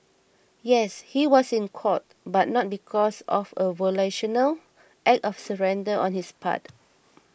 yes he was in court but not because of a volitional act of surrender on his part